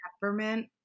peppermint